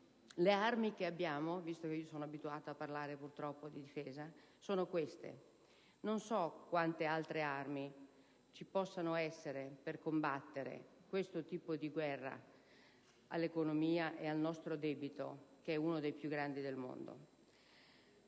le armi che abbiamo - visto che purtroppo sono abituata a parlare di difesa - sono queste. Non so quante altre armi vi possano essere per combattere questo tipo di guerra all'economia e al nostro debito, che è uno dei più grandi del mondo.